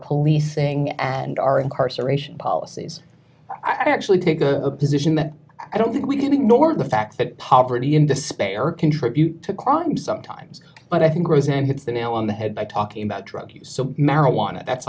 policing and our incarceration policies i actually take a position that i don't think we can ignore the fact that poverty and despair contribute to crime sometimes but i think roseanne hits the nail on the head by talking about drug use marijuana that's